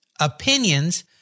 opinions